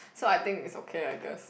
so I think it's okay I guess